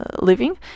Living